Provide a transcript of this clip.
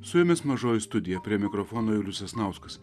su jumis mažoji studija prie mikrofono julius sasnauskas